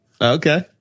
Okay